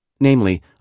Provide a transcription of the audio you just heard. namely